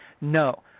No